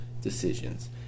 decisions